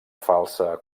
falsa